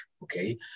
Okay